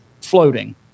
floating